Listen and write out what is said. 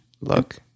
look